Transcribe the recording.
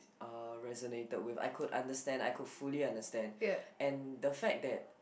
uh resonated with I could understand I could fully understand and the fact that